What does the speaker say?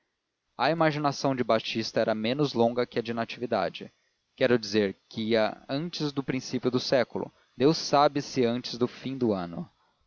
a imaginação de batista era menos longa que a de natividade quero dizer que ia antes do princípio do século deus sabe se antes do fim do ano